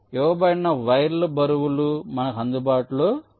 ఇవ్వబడిన వైర్ల బరువు లు మనకు అందుబాటులో లో ఉన్నాయి